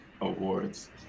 awards